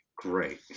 Great